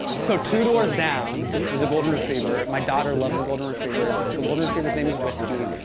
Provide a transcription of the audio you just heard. so, two doors down there's a golden retriever. my daughter loves the golden retriever. the golden retriever's name is whiskey.